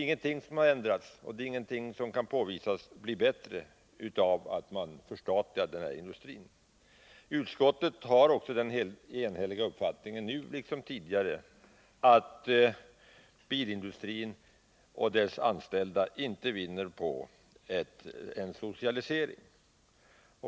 Ingenting har ändrats och ingenting kan påvisas bli bättre av att man förstatligar den här industrin. Utskottet har också den enhälliga uppfattningen nu, liksom tidigare, att bilindustrin och dess anställda inte vinner på en socialisering.